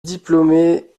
diplômée